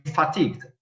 fatigued